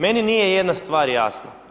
Meni nije jedna stvar jasna.